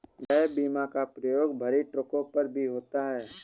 gap बीमा का प्रयोग भरी ट्रकों पर भी होता है